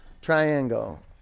triangle